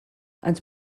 ens